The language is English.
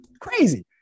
Crazy